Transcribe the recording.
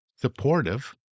supportive